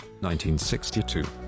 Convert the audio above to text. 1962